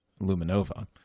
Luminova